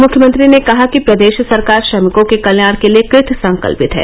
मुख्यमंत्री ने कहा कि प्रदेश सरकार श्रमिकों के कल्याण के लिये कृत संकल्यित है